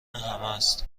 همست